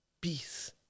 peace